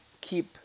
keep